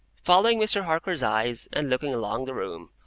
following mr. harker's eyes, and looking along the room,